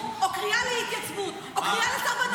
או קריאה לאי-התייצבות או קריאה לסרבנות,